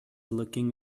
looking